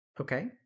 Okay